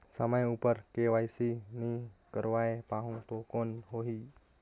समय उपर के.वाई.सी नइ करवाय पाहुं तो कौन होही?